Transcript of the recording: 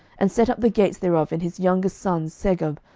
and set up the gates thereof in his youngest son segub,